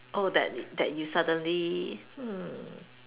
oh that that you suddenly hm